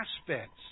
aspects